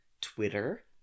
Twitter